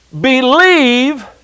believe